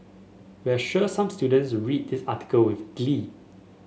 we're sure some students read this article with glee